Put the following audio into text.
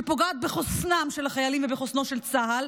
שפוגעת בחוסנם של החיילים ובחוסנו של צה"ל,